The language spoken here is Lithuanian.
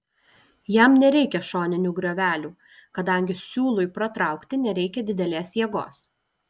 jam nereikia šoninių griovelių kadangi siūlui pratraukti nereikia didelės jėgos